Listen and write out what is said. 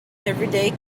everyday